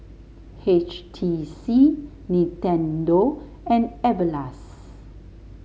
H T C Nintendo and Everlast